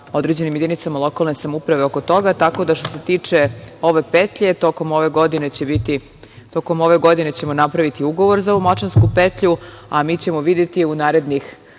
određenim jedinicama lokalne samouprave oko toga, pa što se tiče ove petlje, tokom ove godine će biti, napravićemo ugovor za ovu Malčansku petlju, a mi ćemo videti u narednih